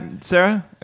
sarah